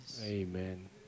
Amen